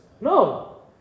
No